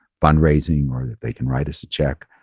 fundraising or that they can write us a check,